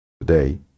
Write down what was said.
today